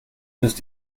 müsst